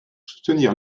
soutenir